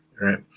Right